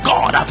God